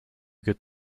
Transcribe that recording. good